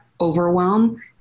overwhelm